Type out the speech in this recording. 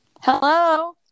Hello